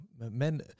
men